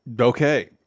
Okay